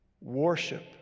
Worship